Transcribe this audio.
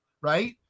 right